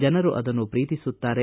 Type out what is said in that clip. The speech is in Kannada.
ಜನರು ಅದನ್ನು ಪ್ರೀತಿಸುತ್ತಾರೆ